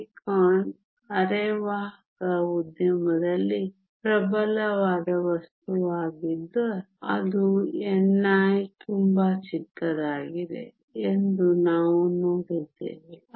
silicon ಅರೆವಾಹಕ ಉದ್ಯಮದಲ್ಲಿ ಪ್ರಬಲವಾದ ವಸ್ತುವಾಗಿದ್ದು ಅದು ni ತುಂಬಾ ಚಿಕ್ಕದಾಗಿದೆ ಎಂದು ನಾವು ನೋಡಿದ್ದೇವೆ